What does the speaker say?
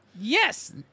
Yes